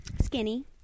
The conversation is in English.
Skinny